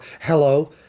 Hello